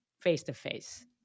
face-to-face